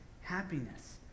happiness